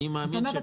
זאת אומרת,